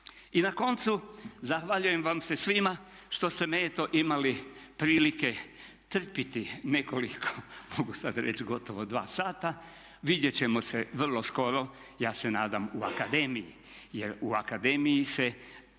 I na koncu zahvaljujem vam se svima što ste me eto imali prilike trpjeti nekoliko mogu sad reći gotovo dva sata. Vidjet ćemo se vrlo skoro, ja se nadam u akademiji. Jer u akademiji se